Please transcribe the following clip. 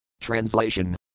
Translation